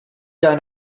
jaar